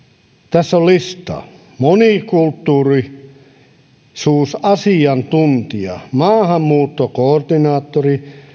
tässä on listaa monikulttuurisuusasiantuntija maahanmuuttokoordinaattori